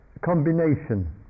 combination